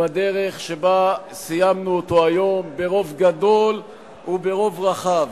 בדרך שבה סיימנו אותו היום, ברוב גדול וברוב רחב.